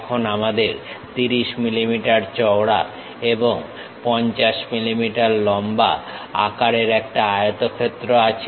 এখন আমাদের 30 mm চওড়া এবং 50 mm লম্বা আকারের একটা আয়তক্ষেত্র আছে